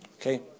Okay